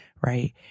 Right